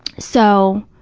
so,